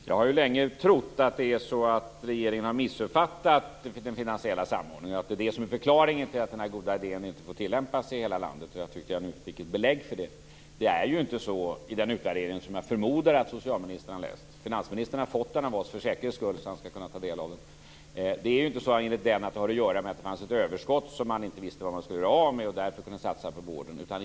Fru talman! Jag har länge trott att regeringen har missuppfattat den finansiella samordningen och att det är förklaringen till att den goda idén inte får tilllämpas i hela landet. Jag tycker mig ha fått belägg för det. Jag förmodar att socialministern har läst utvärderingen. Finansministern har för säkerhets skull fått den av oss så att han kan ta del av den. Enligt utvärderingen fanns det inte något överskott som man inte visste vad man skulle göra av och därför kunde satsa på vården.